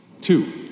Two